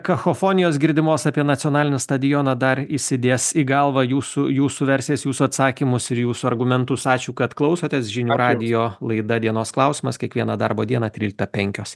kakofonijos girdimos apie nacionalinį stadioną dar įsidės į galvą jūsų jūsų versijas jūsų atsakymus ir jūsų argumentus ačiū kad klausotės žinių radijo laida dienos klausimas kiekvieną darbo dieną tryliktą penkios